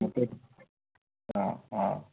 Muthoot